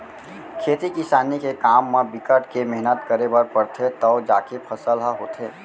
खेती किसानी के काम म बिकट के मेहनत करे बर परथे तव जाके फसल ह होथे